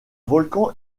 volcan